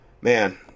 man